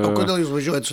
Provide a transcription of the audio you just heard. o kodėl jūs važiuojat su